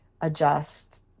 adjust